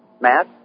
Matt